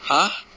!huh!